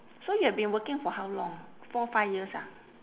so you have been working for how long four five years ah